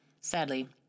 sadly